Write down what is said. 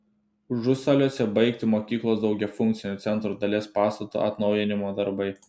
užusaliuose baigti mokyklos daugiafunkcio centro dalies pastato atnaujinimo darbai